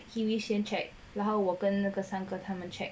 kiwi 先 check 然后我跟那个三个他们 check